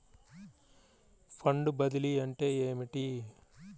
Fund బదిలీ అంటే ఏమిటి?